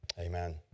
Amen